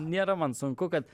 nėra man sunku kad